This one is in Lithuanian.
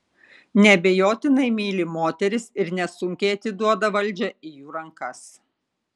neabejotinai myli moteris ir nesunkiai atiduoda valdžią į jų rankas